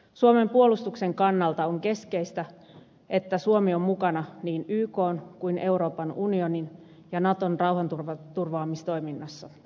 suomen puolustuksen kannalta on keskeistä että suomi on mukana niin ykn kuin euroopan unionin ja naton rauhanturvaamistoiminnassa